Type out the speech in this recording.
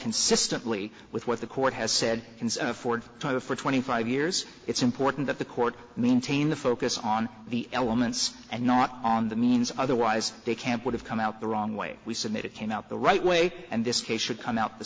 consistently with what the court has said afford to for twenty five years it's important that the court maintain the focus on the elements and not on the means otherwise the camp would have come out the wrong way we submit it came out the right way and this case should come out the